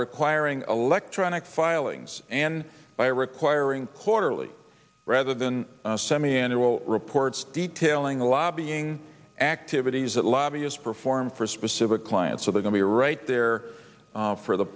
requiring electronic filings and by requiring quarterly rather than semi annual reports detailing the lobbying activities that lobbyists perform for specific clients so they can be right there for the